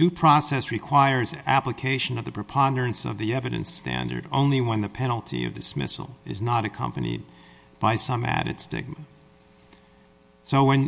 due process requires application of the preponderance of the evidence standard only when the penalty of dismissal is not accompanied by some added stick so when